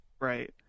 right